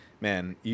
Man